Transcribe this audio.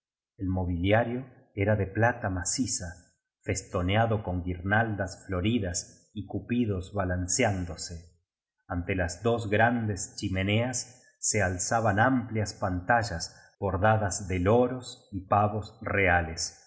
el mobilia rio era de plata maciza festoneado con guirnaldas floridas y cupidos balanceándose ante las dos grandes chimeneas se al zaban amplias pantallas bordadas de loros y pavos reales